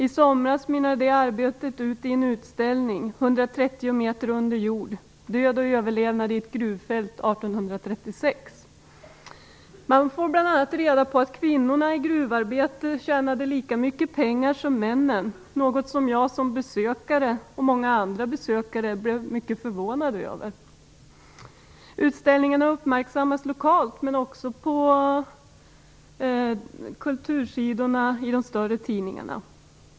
I somras mynnade det arbetet ut i en utställning: "Hundratrettio meter under jord" - "Död och överlevnad i ett gruvfält 1836". Man får bl.a. reda på att kvinnorna i gruvarbete tjänade lika mycket pengar som männen, något som jag och många andra besökare blev mycket förvånade över. Utställningen har uppmärksammats lokalt men också på kultursidorna i de större tidningarna.